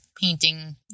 painting